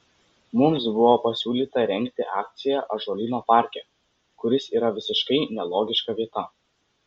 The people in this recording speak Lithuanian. mums buvo pasiūlyta rengti akciją ąžuolyno parke kuris yra visiškai nelogiška vieta